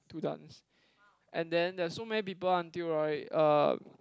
to dance and then there's so many people until right um